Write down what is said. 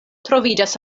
troviĝas